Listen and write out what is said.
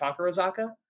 Takarazaka